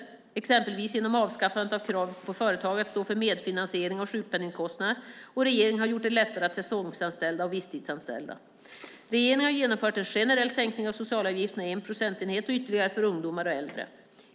Regeringen har till exempel avskaffat kravet på företagare att stå för medfinansiering av sjukpenningskostnaderna, och regeringen har gjort det lättare att säsongsanställa och visstidsanställa. Regeringen har genomfört en generell sänkning av socialavgifterna med 1 procentenhet, och ytterligare för ungdomar och äldre.